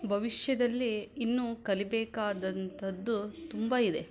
ಭವಿಷ್ಯದಲ್ಲಿ ಇನ್ನೂ ಕಲಿಯಬೇಕಾದಂಥದ್ದು ತುಂಬ ಇದೆ